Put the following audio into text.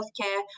healthcare